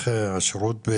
מונטנה.